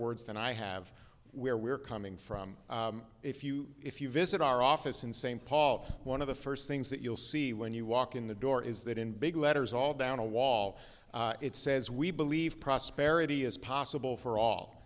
words than i have where we're coming from if you if you visit our office in st paul one of the first things that you'll see when you walk in the door is that in big letters all down a wall it says we believe prosperity is possible for all